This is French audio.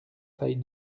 taille